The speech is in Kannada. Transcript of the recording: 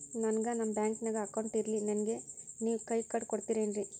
ನನ್ಗ ನಮ್ ಬ್ಯಾಂಕಿನ್ಯಾಗ ಅಕೌಂಟ್ ಇಲ್ರಿ, ನನ್ಗೆ ನೇವ್ ಕೈಯ ಕಾರ್ಡ್ ಕೊಡ್ತಿರೇನ್ರಿ?